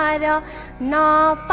and no